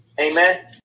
Amen